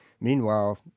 meanwhile